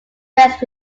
risk